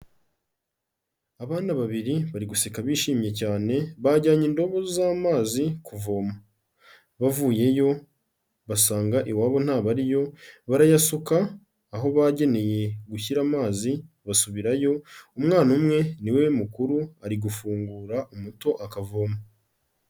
Abana babiri bari guseka bishimye cyane bajyanye indobo z'amazi kuvoma, bavuyeyo basanga iwabo ntabariyo barayasuka aho bageneye gushyira amazi basubirayo, umwana umwe ni we mukuru ari gufungura umuto akavoma.